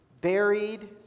buried